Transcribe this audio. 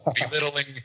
belittling